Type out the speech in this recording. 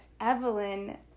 Evelyn